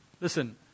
listen